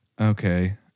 Okay